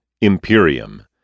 Imperium